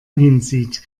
hinsieht